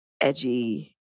edgy